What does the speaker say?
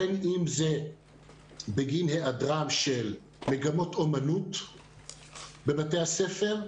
בין אם זה בגין היעדרן של מגמות אומנות בבתי הספר,